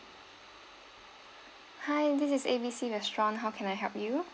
hi this is A B C restaurant how can I help you